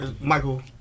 Michael